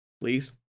please